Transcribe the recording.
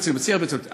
בשיא הרצינות,